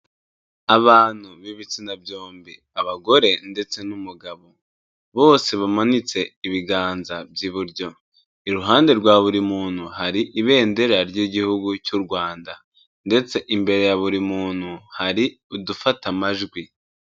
Abantu b'ibitsina byombi abagore ndetse n'umugabo, bose bamanitse ibiganza by'iburyo, iruhande rwa buri muntu hari ibendera ry'igihugu cy'u Rwanda ndetse imbere ya buri muntu hari udufata amajwi.